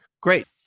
Great